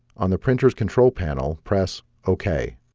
on the printers control panel press ok